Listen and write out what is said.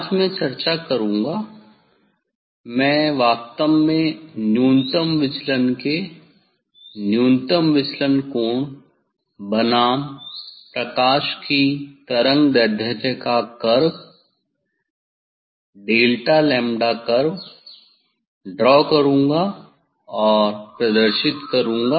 आज मैं चर्चा करूंगा मैं वास्तव में न्यूनतम विचलन के न्यूनतम विचलन कोण बनाम प्रकाश की तरंगदैर्ध्य का curve delta lambda curve draw करूंगा प्रदर्शित करूंगा